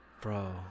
Bro